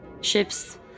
Ships